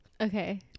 okay